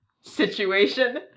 situation